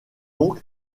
donc